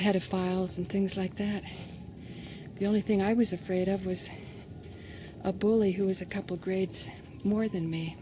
pedophiles and things like that the only thing i was afraid of was a bully who was a couple grades more than me